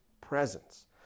presence